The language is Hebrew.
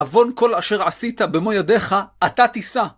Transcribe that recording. עוון כל אשר עשית במו ידיך, אתה תישא.